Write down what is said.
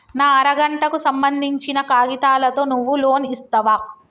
నా అర గంటకు సంబందించిన కాగితాలతో నువ్వు లోన్ ఇస్తవా?